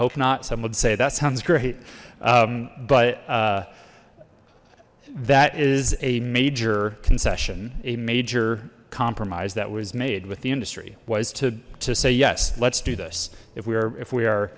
hope not some would say that sounds great but that is a major concession a major compromise that was made with the industry was to to say yes let's do this if we are if we are